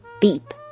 beep